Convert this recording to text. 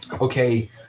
okay